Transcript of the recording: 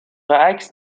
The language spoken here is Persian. عکس